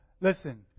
Listen